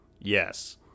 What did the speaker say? Yes